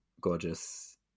gorgeous